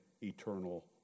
eternal